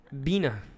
Bina